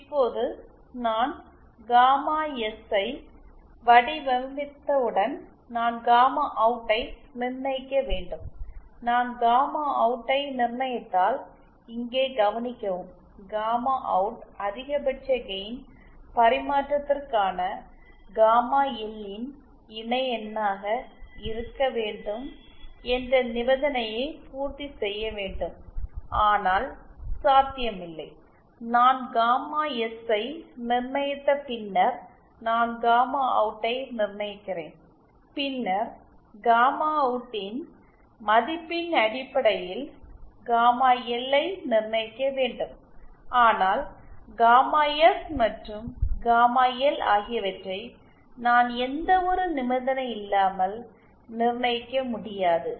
இப்போது நான் காமா எஸ்ஐ வடிவமைத்தவுடன் நான் காமா அவுட்டை நிர்ணயிக்க வேண்டும் நான் காமாஅவுட்டை நிர்ணயித்தால் இங்கே கவனிக்கவும் காமா அவுட் அதிகபட்ச கெயின் பரிமாற்றத்திற்கான காமா எல் ன் இணைஎண்ணாக இருக்க வேண்டும் என்ற நிபந்தனையை பூர்த்தி செய்ய வேண்டும் ஆனால் சாத்தியமில்லை நான் காமா எஸ்ஸை நிர்ணயித்த பின்னர் நான் காமா அவுட்டை நிர்ணயிக்கிறேன் பின்னர் காமா அவுட்டின் மதிப்பின் அடிப்படையில் காமா எல் ஐ நிர்ணயிக்க வேண்டும் ஆனால் காமா எஸ் மற்றும் காமா எல் ஆகியவற்றை நான் எந்தவொரு நிபந்தனை இல்லாமல் நிர்ணயிக்க முடியாது